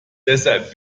deshalb